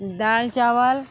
दाल चावल